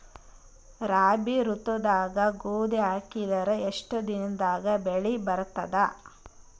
ರಾಬಿ ಋತುದಾಗ ಗೋಧಿ ಹಾಕಿದರ ಎಷ್ಟ ದಿನದಾಗ ಬೆಳಿ ಬರತದ?